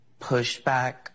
pushback